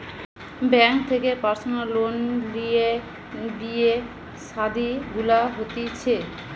bank থেকে personal loan লিয়ে বিয়ে শাদী গুলা হতিছে